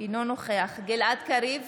אינו נוכח גלעד קריב,